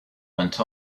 went